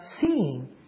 seeing